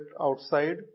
outside